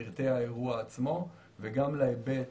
פרטי האירוע עצמו וגם להיבט